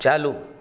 चालू